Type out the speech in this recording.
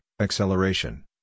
acceleration